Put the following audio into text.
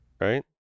Right